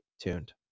tuned